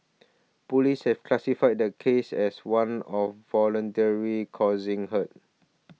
police have classified the case as one of voluntary causing hurt